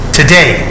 today